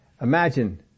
imagine